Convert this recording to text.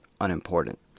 unimportant